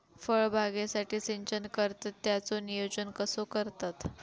फळबागेसाठी सिंचन करतत त्याचो नियोजन कसो करतत?